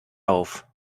auf